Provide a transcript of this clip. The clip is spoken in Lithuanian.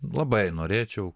labai norėčiau